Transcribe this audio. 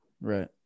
Right